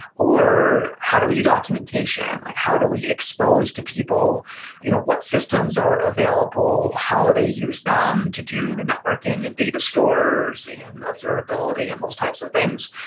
how do we do documentation? like how do we expose to people you know what systems are available? how they use them to do networking and data stores and observability and those types of things?